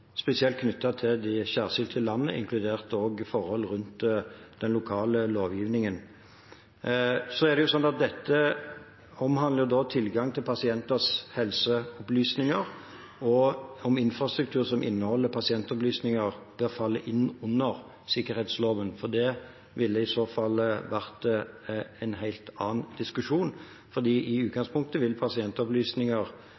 spesielt knyttet til det særskilte landet, inkludert forhold rundt den lokale lovgivningen. Dette omhandler tilgang til pasienters helseopplysninger og om infrastruktur som inneholder pasientopplysninger, bør falle inn under sikkerhetsloven. Det ville i så fall vært en helt annen diskusjon. I utgangspunktet vil helseopplysninger om den enkelte pasient i